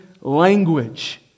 language